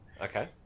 Okay